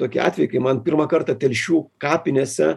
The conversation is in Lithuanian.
tokį atvejį kai man pirmą kartą telšių kapinėse